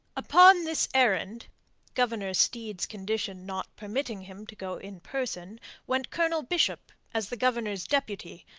upon this errand governor steed's condition not permitting him to go in person went colonel bishop as the governor's deputy,